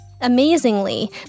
Amazingly